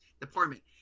department